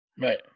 right